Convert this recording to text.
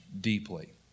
deeply